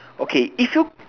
okay if you